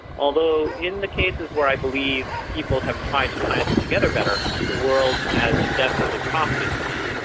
although in the cases where i believe people have tried to tie them together better, the world has definitely profited from that,